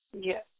Yes